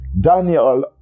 Daniel